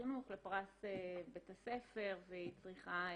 החינוך לפרס בית הספר והיא צריכה להציג.